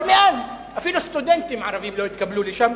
אבל מאז אפילו סטודנטים ערבים לא התקבלו לשם,